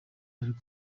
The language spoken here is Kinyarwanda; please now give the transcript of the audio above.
ariko